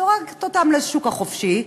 זורקת אותם לשוק החופשי,